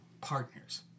partners